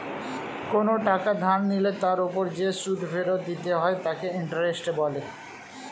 কোনো টাকা ধার নিলে তার উপর যে সুদ ফেরত দিতে হয় তাকে ইন্টারেস্ট বলে